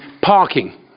Parking